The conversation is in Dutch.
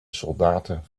soldaten